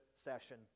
session